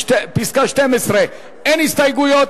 12, אין הסתייגויות.